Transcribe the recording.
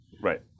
right